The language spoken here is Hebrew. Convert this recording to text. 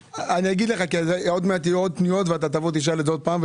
עוד מעט יהיו עוד פניות ואתה תשאל את זה עוד פעם,